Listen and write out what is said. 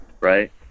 right